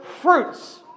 fruits